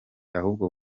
ahubwo